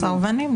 בסרבנים,